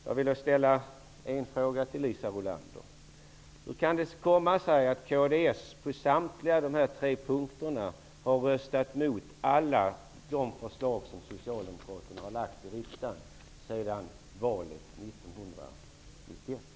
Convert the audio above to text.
Jag vill då ställa en fråga till Liisa Rulander: Hur kan det komma sig att kds på samtliga dessa tre punkter har röstat emot alla de förslag som Socialdemokraterna har lagt fram i riksdagen sedan valet 1991?